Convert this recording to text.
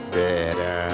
better